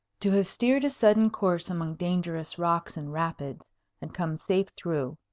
to have steered a sudden course among dangerous rocks and rapids and come safe through,